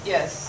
Yes